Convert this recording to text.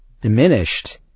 diminished